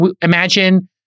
imagine